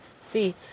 See